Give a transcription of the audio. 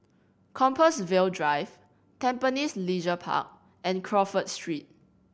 Compassvale Drive Tampines Leisure Park and Crawford Street